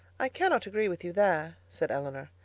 i cannot agree with you there, said elinor.